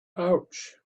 ouch